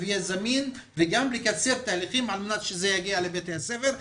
כן יהיה זמין וגם לקצר תהליכים על מנת שזה יגיע לבתי הספר.